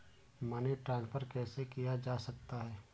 Money transfer कैसे किया जा सकता है?